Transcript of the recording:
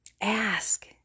Ask